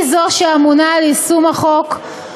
היא זו שאמונה על יישום החוק,